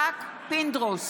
פינדרוס,